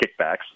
kickbacks